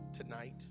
tonight